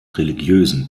religiösen